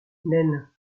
naine